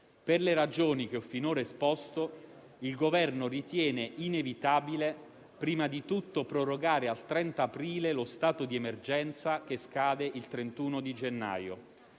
Per le ragioni che ho finora esposto, il Governo ritiene inevitabile prima di tutto prorogare al 30 aprile lo stato di emergenza che scade il 31 di gennaio.